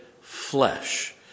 flesh